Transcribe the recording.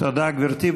תודה, גברתי.